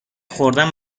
خوردن